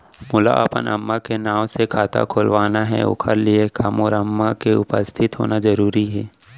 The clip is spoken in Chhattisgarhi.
मोला अपन अम्मा के नाम से खाता खोलवाना हे ओखर लिए का मोर अम्मा के उपस्थित होना जरूरी हे?